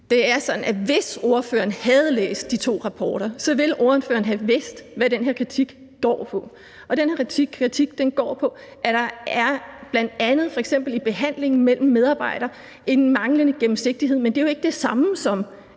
Det er sådan, at hvis ordføreren havde læst de to rapporter, så ville ordføreren have vidst, hvad den her kritik går på. Den her kritik går på, at der f.eks. i behandlingen mellem medarbejdere er en manglende gennemsigtighed, men det er jo ikke det samme, som